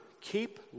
keep